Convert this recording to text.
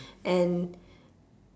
and